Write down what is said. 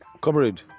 comrade